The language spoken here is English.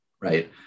right